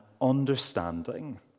understanding